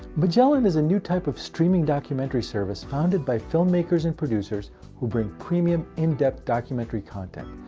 magellan is a new type of streaming documentary service founded by filmmakers and producers who bring premium, in-depth documentary content.